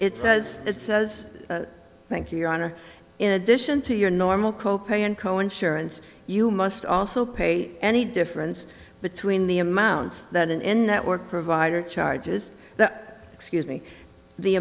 it says it says thank you your honor in addition to your normal co pay and co insurance you must also pay any difference between the amount that in any network provider charges that excuse me the